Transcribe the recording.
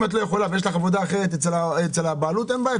אם את לא יכול ויש לך עבודה אחרת אצל הבעלות אין בעיה,